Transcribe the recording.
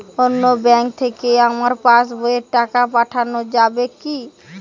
অন্য ব্যাঙ্ক থেকে আমার পাশবইয়ে টাকা পাঠানো যাবে কি?